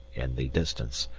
in the distance.